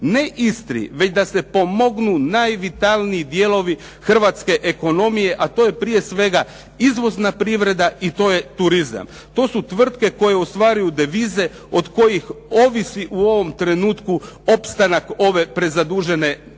ne Istri, već da se pomognu najvitalniji dijelovi Hrvatske ekonomije, a to je prije svega izvozna privreda i to je turizam. To su tvrtke koje ostvaruju devize od kojih ovisi u ovom trenutku opstanak ove prezadužene nacije.